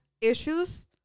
issues